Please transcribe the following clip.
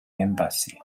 embassy